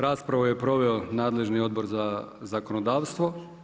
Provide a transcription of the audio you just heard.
Raspravu je proveo nadležni odbor za zakonodavstvo.